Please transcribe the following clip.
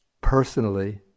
personally